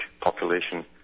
population